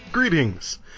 Greetings